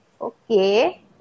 okay